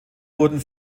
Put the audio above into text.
wurden